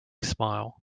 smile